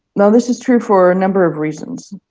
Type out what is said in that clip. now, this is true for a number of reasons.